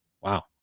Wow